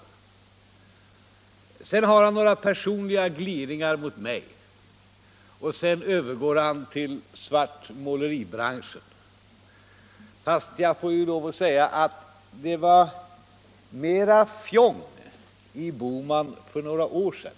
Därefter framför han några personliga gliringar mot mig och övergår slutligen till svartmåleribranschen. Fast jag får ju lov att säga att det var mera fjong i Bohman för några år sedan.